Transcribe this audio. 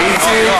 אל תגיד לי לא,